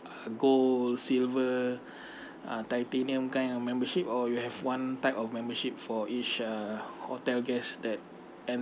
gold silver uh titanium kind of membership or you have one type of membership for each uh hotel guest that en~